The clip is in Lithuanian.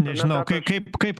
nežinau kaip kaip